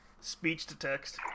speech-to-text